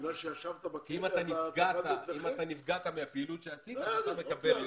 אם אתה נפגעת מהפעילות שעשית, אז אתה מקבל את זה.